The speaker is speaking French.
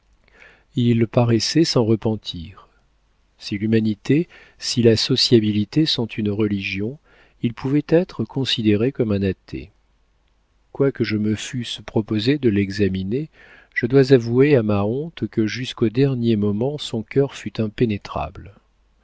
il paraissait s'en repentir si l'humanité si la sociabilité sont une religion il pouvait être considéré comme un athée quoique je me fusse proposé de l'examiner je dois avouer à ma honte que jusqu'au dernier moment son cœur fut impénétrable